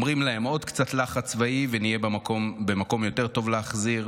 אומרים להן 'עוד קצת לחץ צבאי ונהיה במקום יותר טוב להחזיר',